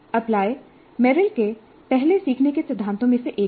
apply Merrill के पहले सीखने के सिद्धांतों में से एक है